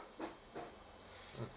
mm